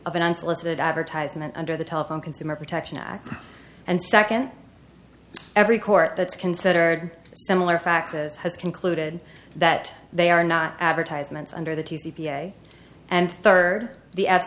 of an unsolicited advertisement under the telephone consumer protection act and second every court that's considered similar factors has concluded that they are not advertisements under the two c p a and third the